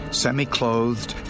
semi-clothed